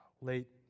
late